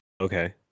Okay